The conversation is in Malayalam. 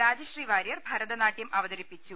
രാജശ്രീ വാര്യർ ഭരതനാടൃം അവതരിപ്പിച്ചു